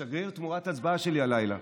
שגריר תמורת הצבעה שלי הלילה.